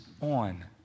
on